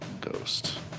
Ghost